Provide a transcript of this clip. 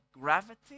gravity